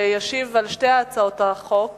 וישיב על שתי הצעות החוק